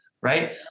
right